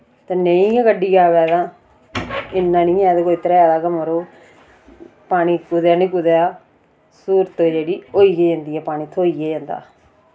ते नेईं गै गड्डी आवै तां इन्ना नि ऐ के कोई त्रेआहे दा गै मरोग पानी कुदेया नि कुदेया स्हूलत जेह्ड़ी होई गै जंदी ऐ पानी थ्होई गै जंदा